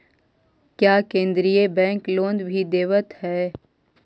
क्या केन्द्रीय bank loan भी देवत हैं